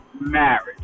marriage